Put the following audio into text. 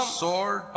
sword